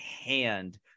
hand